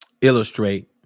illustrate